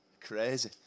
Crazy